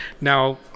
Now